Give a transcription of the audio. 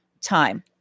time